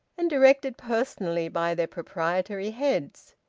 and directed personally by their proprietary heads.